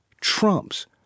trumps